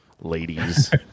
Ladies